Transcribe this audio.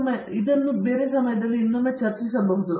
ನಾವು ಬೇರೆ ಸಮಯದಲ್ಲಿ ಇನ್ನೊಮ್ಮೆ ಚರ್ಚಿಸಬಹುದು